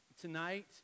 Tonight